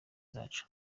zacu